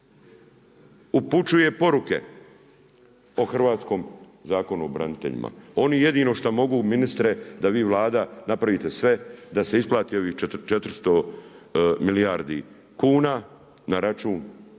upućuje poruke o hrvatskom Zakonu o braniteljima. Oni jedino što mogu ministre da vi Vlada napravite sve da se isplati ovih 400 milijardi kuna na račun Hrvatske